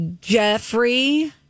Jeffrey